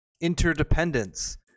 interdependence